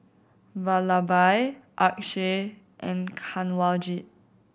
Vallabhbhai Akshay and Kanwaljit